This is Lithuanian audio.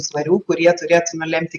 svarių kurie turėtų nulemti